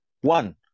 One